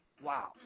wow